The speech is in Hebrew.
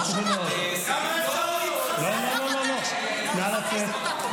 לא שמעתי --- נא לצאת.